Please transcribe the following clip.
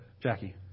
Jackie